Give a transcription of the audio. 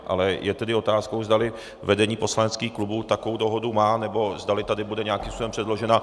Ale je tedy otázkou, zdali vedení poslaneckých klubů takovou dohodu má, nebo zdali tady bude nějakým způsobem předložena.